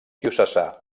diocesà